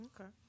Okay